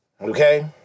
okay